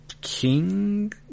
king